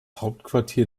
hauptquartier